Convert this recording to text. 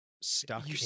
stuck